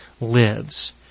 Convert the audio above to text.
lives